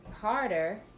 harder